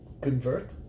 convert